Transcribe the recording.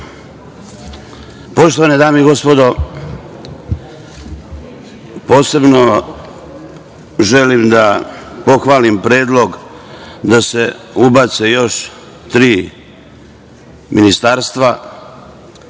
vam. Poštovane dame i gospodo, posebno želim da pohvalim predlog da se ubace još tri ministarstva,